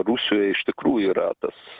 rusijoj iš tikrųjų yra tas